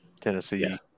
Tennessee